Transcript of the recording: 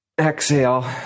Exhale